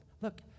Look